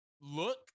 Look